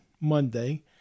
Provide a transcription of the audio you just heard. Monday